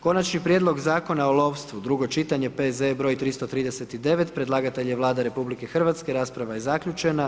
Konačni prijedlog Zakona o lovstvu, drugo čitanje, P.Z.E. br. 339, predlagatelj je Vlada RH, rasprava je zaključena.